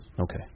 Okay